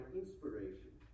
inspiration